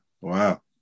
wow